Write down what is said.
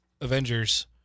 avengers